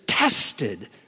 tested